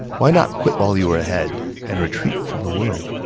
why not quit while you are ahead and retreat from the world?